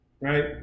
right